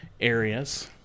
areas